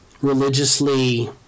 religiously